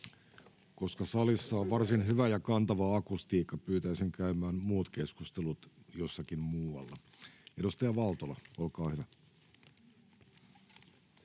Koska salissa on varsin hyvä ja kantava akustiikka, pyytäisin käymään muut keskustelut jossakin muualla. — Edustaja Valtola, olkaa hyvä.